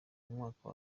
umwaka